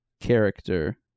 character